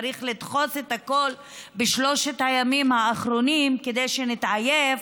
צריך לדחוס את הכול בשלושת הימים האחרונים כדי שנתעייף.